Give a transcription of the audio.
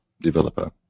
developer